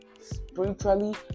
spiritually